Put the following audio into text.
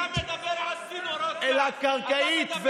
אל הקרקעית,